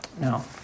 Now